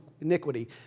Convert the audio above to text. iniquity